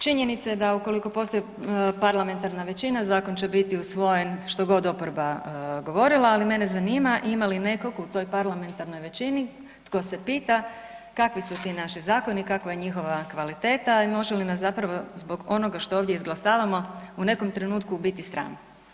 Činjenica je da ukoliko postoji parlamentarna većina zakon će biti usvojen što god oporba govorila, ali mene zanima ima li nekog u toj parlamentarnoj većini tko se pita kakvi su ti naši zakoni, kakva je njihova kvaliteta i može li nas zbog onoga što ovdje izglasavamo u nekom trenutku biti sram.